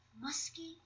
Musky